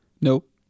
Nope